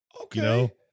Okay